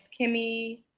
Kimmy